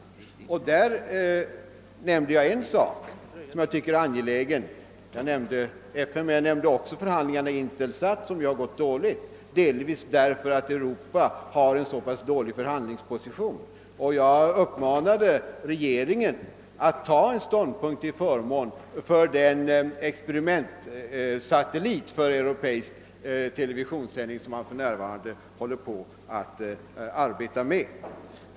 Jag nämnde därvid vid sidan om FN en fråga som jag tycker är angelägen, nämligen förhandlingarna i Intelsat som gått dåligt, delvis därför att Europa har haft en så ogynnsam förhandlingsposition. Jag uppmanar regeringen att inta en ståndpunkt till förmån för den experimentsatellit för europeisk televisionssändning som man för närvarande arbetar med.